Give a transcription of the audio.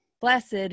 Blessed